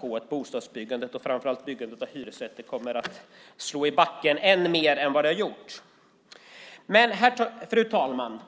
på att bostadsbyggandet och framför allt byggandet av hyresrätter kommer att slå i backen ännu mer. Fru talman!